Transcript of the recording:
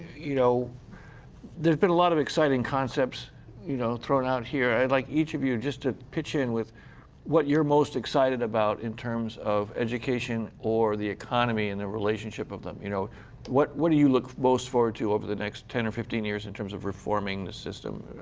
you know there's been a lot of exciting concepts you know thrown out here. i would like each of you just to pitch in with what you're most excited about in terms of education or the economy and the relationship of them. you know what what do you look most forward to over the next ten or fifteen years in terms of reforming the system?